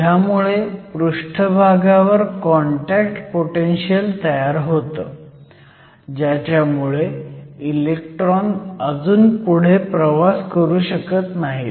ह्यामुळे पृष्ठभागावर contact potential तयार होतं ज्याच्यामुळे इलेक्ट्रॉन अजून पुढे प्रवास करू शकत नाहीत